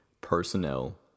personnel